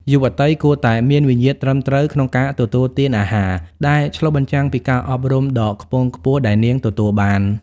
យុវតីគួរតែ "មានមារយាទត្រឹមត្រូវក្នុងការទទួលទានអាហារ" ដែលឆ្លុះបញ្ចាំងពីការអប់រំដ៏ខ្ពង់ខ្ពស់ដែលនាងទទួលបាន។